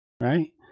right